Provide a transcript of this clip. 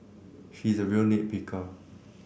he is a real nit picker